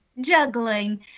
juggling